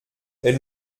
elle